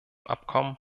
abkommen